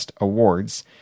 awards